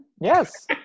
Yes